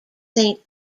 saint